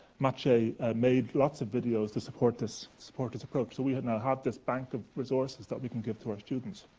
mache made lots of videos to support this support this approach. so, we now have this bank of resources that we can give to our students.